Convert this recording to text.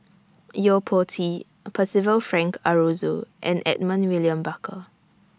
Yo Po Tee Percival Frank Aroozoo and Edmund William Barker